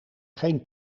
geen